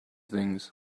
things